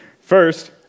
First